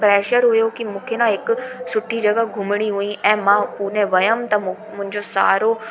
pressure हुओ की मूंखे ना हिकु सुठी जॻहि घुमणी हुई ऐं मा पुणे वियमि त मां मुंहिंजो सारो